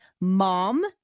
mom